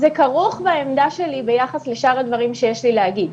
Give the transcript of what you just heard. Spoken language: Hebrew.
זה כרוך בעמדה שלי ביחס לשאר הדברים שיש לי להגיד.